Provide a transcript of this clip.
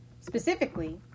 Specifically